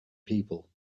people